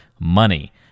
money